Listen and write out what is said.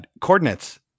Coordinates